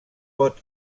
pot